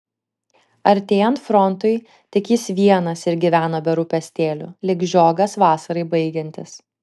artėjant frontui tik jis vienas ir gyveno be rūpestėlių lyg žiogas vasarai baigiantis